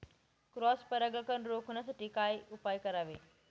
Cross परागकण रोखण्यासाठी काय उपाय करावे?